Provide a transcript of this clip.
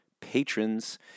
patrons